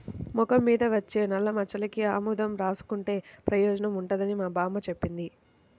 మొఖం మీద వచ్చే నల్లమచ్చలకి ఆముదం రాసుకుంటే పెయోజనం ఉంటదని మా బామ్మ జెప్పింది